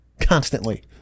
constantly